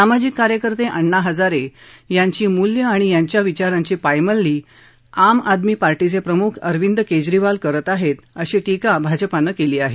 सामाजिक कार्यकर्ते आण्णा हजारे यांची मुल्य आणि यांच्या विचारांची पायमल्ली आम आदमी पार्टीचे प्रमुख अरविंद केजरीवाल करत आहेत अशी टीका भाजपानं केली आहे